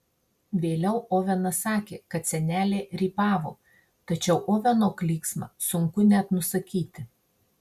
vėliau ovenas sakė kad senelė rypavo tačiau oveno klyksmą sunku net nusakyti